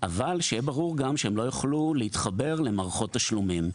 אבל שיהיה ברור גם שהם לא יוכלו להתחבר למערכות תשלומים.